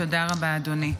תודה רבה, אדוני.